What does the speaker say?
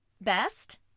Best